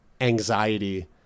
anxiety